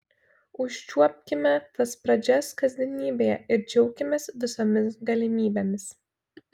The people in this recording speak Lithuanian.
užčiuopkime tas pradžias kasdienybėje ir džiaukimės visomis galimybėmis